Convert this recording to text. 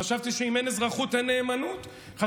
חשבתי שאם אין נאמנות אין אזרחות.